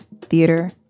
theater